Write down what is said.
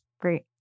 Great